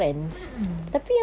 mm mm